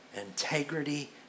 Integrity